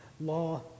Law